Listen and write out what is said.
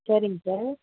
சரிங்க சார்